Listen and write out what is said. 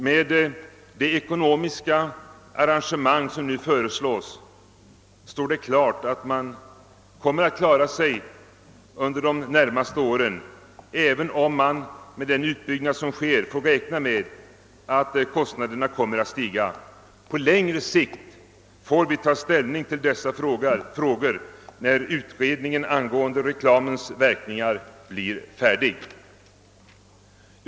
Med det ekonomiska arrangemang som föreslås står det emellertid klart att man kommer att klara sig under de närmaste åren, även om man med den utbyggnad som sker får räkna med att kostnaderna kommer att stiga. På längre sikt får vi ta ställning till dessa frågor när utredningen angående reklamens verkningar blir färdig.